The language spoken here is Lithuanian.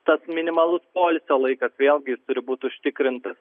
tas minimalus poilsio laikas vėlgi jis turi būt užtikrintas